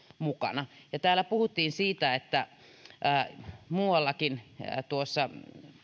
mukana täällä puhuttiin siitä että tuossa